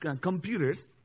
computers